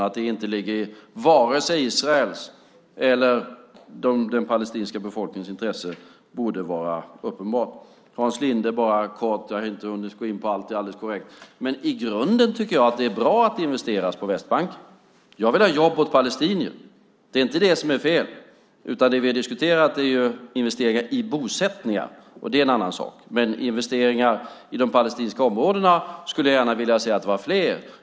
Att det inte ligger i vare sig Israels eller den palestinska befolkningens intresse borde vara uppenbart. Hans Linde, det är alldeles korrekt att jag inte har hunnit gå in på allt. I grunden tycker jag att det är bra att det investeras på Västbanken. Jag vill ha jobb åt palestinier. Det är inte det som är fel. Det vi har diskuterat är ju investeringar i bosättningar, och det är en annan sak. Men investeringar i de palestinska områdena skulle jag gärna se mer av.